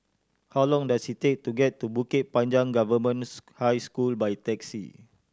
how long does it take to get to Bukit Panjang Government High School by taxi